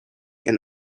and